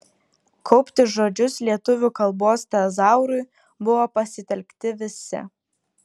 kaupti žodžius lietuvių kalbos tezaurui buvo pasitelkti visi